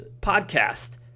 podcast